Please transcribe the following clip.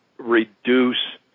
reduce